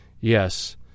yes